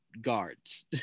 guards